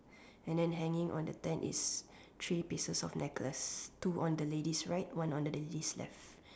and then hanging on the tent is three pieces of necklace two on the lady's right one on the lady's left